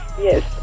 Yes